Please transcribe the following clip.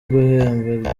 guhemba